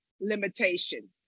limitation